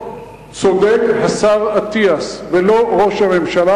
צודק השר אטיאס ולא ראש הממשלה,